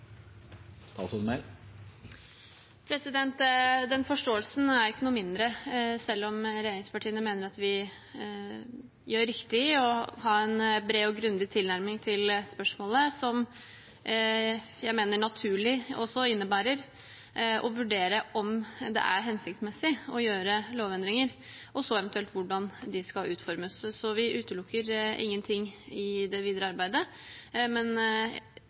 Den forståelsen er ikke noe mindre selv om regjeringspartiene mener at vi gjør riktig i å ha en bred og grundig tilnærming til spørsmålet, noe jeg mener naturlig også innebærer å vurdere om det er hensiktsmessig å gjøre lovendringer, og så eventuelt hvordan de skal utformes. Så vi utelukker ingenting i det videre arbeidet, men